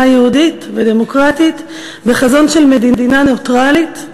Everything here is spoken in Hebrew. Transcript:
היהודית והדמוקרטית בחזון של מדינה נייטרלית,